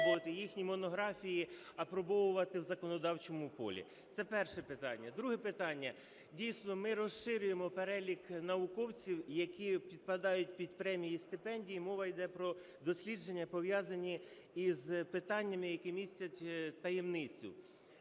їхні монографії апробовувати в законодавчому полі. Це перше питання. Друге питання. Дійсно, ми розширюємо перелік науковців, які підпадають під премії і стипендії. Мова йде про дослідження, пов'язані із питаннями, які містять таємницю.